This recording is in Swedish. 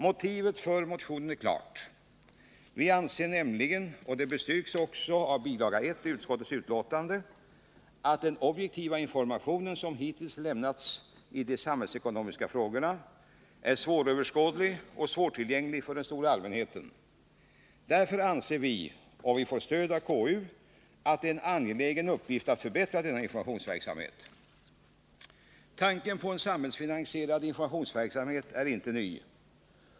Motivet för motionen är klart. Vi anser nämligen — och det bestyrks också av bil. 1 till utskottets betänkande — att den objektiva information som hittills lämnats i de samhällsekonomiska frågorna är svåröverskådlig och svårtillgänglig för den stora allmänheten. Därför anser vi — och vi får stöd av KU — att det är en angelägen uppgift att förbättra denna informationsverksamhet. Tanken på en samhällsfinansierad informationsverksamhet är inte ny.